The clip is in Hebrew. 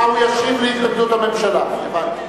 הוא ישיב על התנגדות הממשלה, הבנתי.